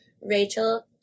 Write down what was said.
Rachel